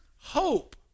hope